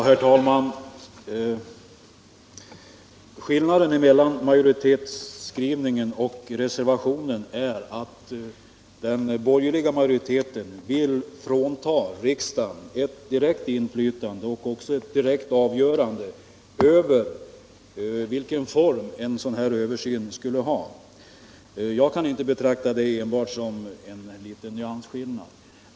Herr talman! Skillnaden mellan majoritetsskrivningen och reservationen är att den borgerliga majoriteten vill frånta riksdagen ett direkt inflytande och också ett direkt avgörande över vilken form en sådan översyn skulle ha. Jag kan inte betrakta det som enbart en nyansskillnad.